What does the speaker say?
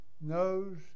knows